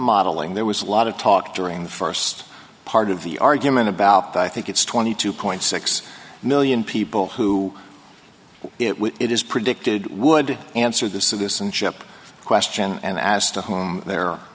modeling there was a lot of talk during the first part of the argument about the i think it's twenty two point six million people who it when it is predicted would answer the citizenship question and as to home there